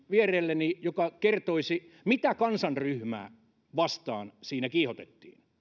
vierelleni oikeusoppineen joka kertoisi mitä kansanryhmää vastaan siinä kiihotettiin